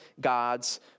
God's